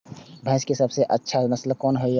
भैंस के सबसे अच्छा नस्ल कोन होय छे?